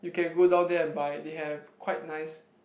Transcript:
you can go down there and buy they have quite nice